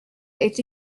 est